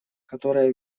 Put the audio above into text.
которая